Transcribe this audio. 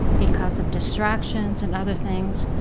because of distractions and other things,